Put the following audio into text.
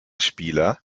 spieler